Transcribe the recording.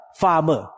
farmer